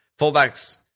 fullbacks